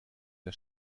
der